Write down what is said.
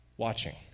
watching